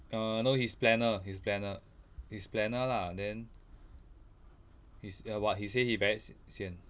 err no he's planner he's planner he's planner lah then he's ya but he say he very s~ sian